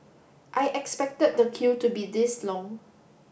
I expected the queue to be this long